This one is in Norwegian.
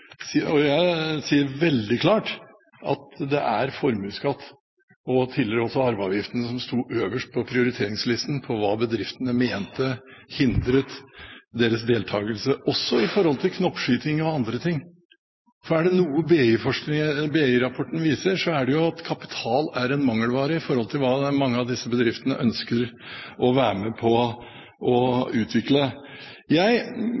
sier veldig klart at det var formuesskatt og tidligere også arveavgiften som sto øverst på prioriteringslisten for hva bedriftene mente hindret deres deltakelse, også når det gjelder knoppskyting og andre ting. Er det noe BI-rapporten viser, er det at kapital er en mangelvare med tanke på hva mange av disse bedriftene ønsker å være med på å utvikle. Jeg